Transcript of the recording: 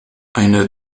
eine